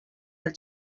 dels